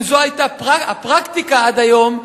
אם זו היתה הפרקטיקה עד היום,